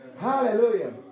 hallelujah